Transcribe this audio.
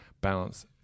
Balance